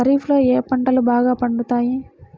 ఖరీఫ్లో ఏ పంటలు బాగా పండుతాయి?